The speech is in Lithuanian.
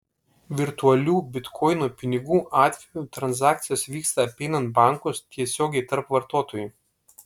virtualių bitkoino pinigų atveju transakcijos vyksta apeinant bankus tiesiogiai tarp vartotojų